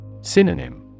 Synonym